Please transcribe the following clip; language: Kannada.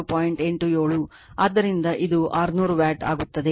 ಆದ್ದರಿಂದ ಇದು 600 ವ್ಯಾಟ್ ಆಗುತ್ತದೆ